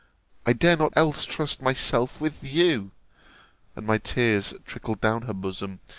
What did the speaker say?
i dare not else trust myself with you and my tears trickled down her bosom,